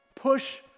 Push